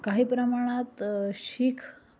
काही प्रमाणात शीख